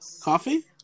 coffee